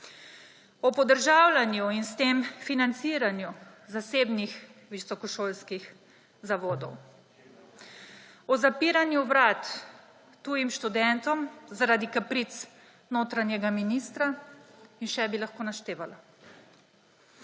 o podržavljanju in s tem financiranju zasebnih visokošolskih zavodov, o zapiranju vrat tujim študentom zaradi kapric notranjega ministra in še bi lahko naštevala.